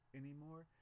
anymore